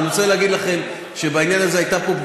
אבל אני רוצה להגיד לכם שבעניין הזה הייתה פה פגיעה,